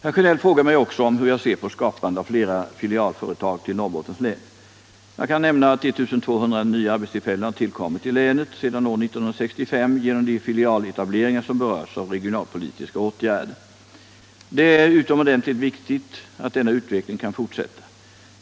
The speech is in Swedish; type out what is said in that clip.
Herr Sjönell frågar mig också om hur jag ser på skapandet av fler filialföretag i Norrbottens län. Jag kan nämna att 1200 nya arbetstillfällen har tillkommit i länet sedan år 1965 genom de filialetableringar som berörts av regionalpolitiska åtgärder. Det är utomordentligt viktigt att denna utveckling kan fortsätta.